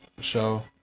show